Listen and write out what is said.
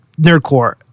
Nerdcore